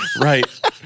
Right